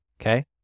Okay